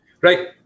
right